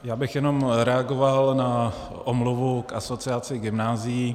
Já bych jenom reagoval na omluvu k Asociaci gymnázií.